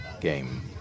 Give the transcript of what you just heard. game